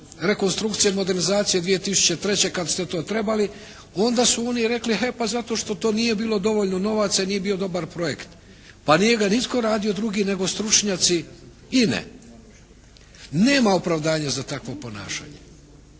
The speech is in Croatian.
rekonstrukcije modernizacije 2003. kako ste to trebali, onda su onda rekli e pa zato što to nije bilo dovoljno novaca i nije bio dobar projekt. Pa nije ga nitko radio drugi, nego stručnjaci INA-e. Nema opravdanja za takvo ponašanje